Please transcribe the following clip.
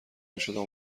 میشدم